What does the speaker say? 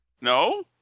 No